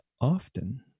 often